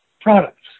products